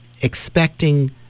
expecting